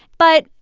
but,